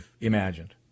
imagined